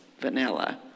vanilla